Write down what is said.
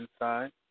inside